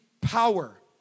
power